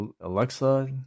Alexa